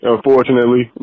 Unfortunately